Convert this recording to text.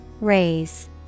Raise